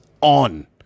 on